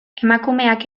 emakumeak